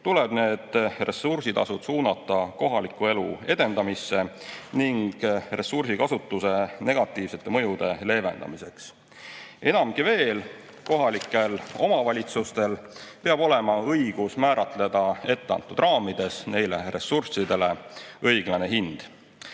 tuleks need ressursitasud suunata kohaliku elu edendamisse ja ressursikasutuse negatiivsete mõjude leevendamisse. Enamgi veel, kohalikel omavalitsustel peab olema õigus määrata etteantud raamides neile ressurssidele õiglane hind.